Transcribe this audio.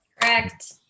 Correct